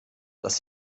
dass